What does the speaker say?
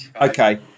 Okay